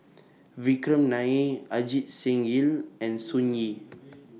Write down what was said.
Vikram Nair Ajit Singh Ying and Sun Yee